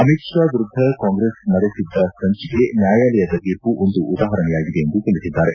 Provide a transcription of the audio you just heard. ಅಮಿತ್ ಷಾ ವಿರುದ್ಧ ಕಾಂಗ್ರೆಸ್ ನಡೆಸಿದ್ದ ಸಂಚಿಗೆ ನ್ಯಾಯಾಲಯದ ತೀರ್ಪು ಒಂದು ಉದಾಹರಣೆಯಾಗಿದೆ ಎಂದು ತಿಳಿಸಿದ್ದಾರೆ